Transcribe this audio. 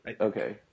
Okay